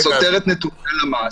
זה סותר את נתוני הלמ"ס.